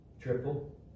triple